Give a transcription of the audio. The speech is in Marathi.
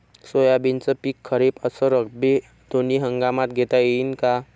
सोयाबीनचं पिक खरीप अस रब्बी दोनी हंगामात घेता येईन का?